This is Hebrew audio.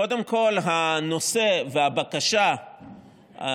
קודם כול, הנושא, הבקשה היא